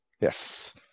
Yes